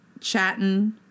chatting